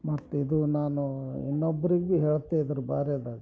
ಮತ್ತಿದು ನಾನು ಇನ್ನೊಬ್ಬರಿಗೂ ಹೇಳ್ತೆ ಇದ್ರ್ ಭಾರಿ ಅದ